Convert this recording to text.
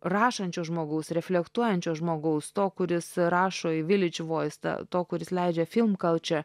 rašančio žmogaus reflektuojančio žmogaus to kuris rašo į vilidž voisą to kuris leidžia film culture